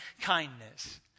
kindness